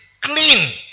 clean